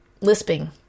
lisping